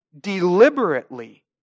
deliberately